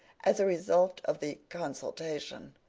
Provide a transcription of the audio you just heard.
as a result of the consultation,